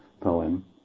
poem